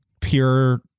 pure